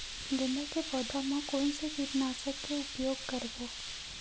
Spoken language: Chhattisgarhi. गेंदा के पौधा म कोन से कीटनाशक के उपयोग करबो?